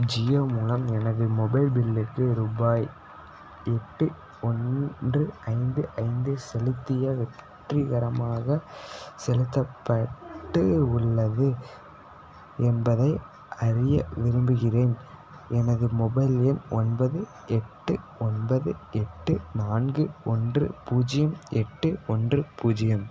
ஜியோ மூலம் எனது மொபைல் பில்லுக்கு ரூபாய் எட்டு ஒன்று ஐந்து ஐந்து செலுத்திய வெற்றிகரமாக செலுத்தப்பட்டு உள்ளது என்பதை அறிய விரும்புகிறேன் எனது மொபைல் எண் ஒன்பது எட்டு ஒன்பது எட்டு நான்கு ஒன்று பூஜ்ஜியம் எட்டு ஒன்று பூஜ்ஜியம்